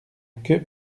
que